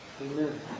Amen